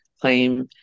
claim